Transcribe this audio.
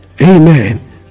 Amen